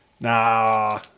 Nah